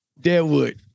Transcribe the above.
Deadwood